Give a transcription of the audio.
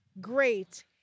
great